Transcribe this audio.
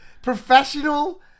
Professional